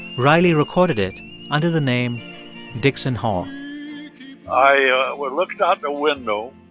riley recorded it under the name dickson hall i was looking out the window,